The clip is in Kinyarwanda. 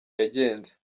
yagenze